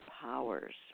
powers